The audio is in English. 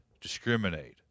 discriminate